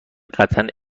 قطعا